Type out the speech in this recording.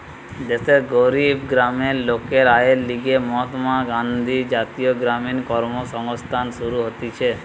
দেশের গরিব গ্রামের লোকের আয়ের লিগে মহাত্মা গান্ধী জাতীয় গ্রামীণ কর্মসংস্থান শুরু হতিছে